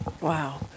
Wow